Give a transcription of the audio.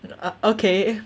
okay